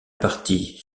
partie